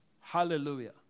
Hallelujah